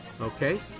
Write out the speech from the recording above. okay